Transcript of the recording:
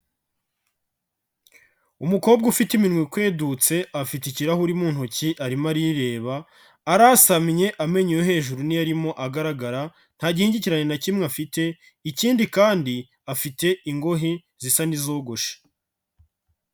Umukobwa ufite iminwa ikwedutse, afite ikirahuri mu ntoki arimo arireba arasamye, amenyo yo hejuru niyo arimo agaragara, nta gihingikirane na kimwe afite, ikindi kandi afite ingohe zisa n'izogoshe.